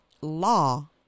law